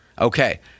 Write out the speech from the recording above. Okay